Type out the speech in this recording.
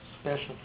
special